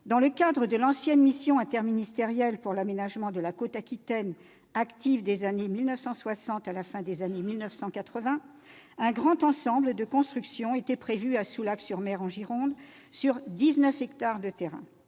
Dans le cadre de l'ancienne mission interministérielle pour l'aménagement de la côte Aquitaine, active des années 1960 à la fin des années 1980, un grand programme de constructions était prévu à Soulac-sur-Mer en Gironde, sur 19 hectares de terrain.